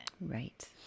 right